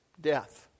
death